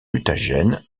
mutagène